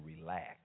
relax